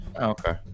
okay